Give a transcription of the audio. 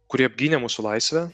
kurie apgynė mūsų laisvę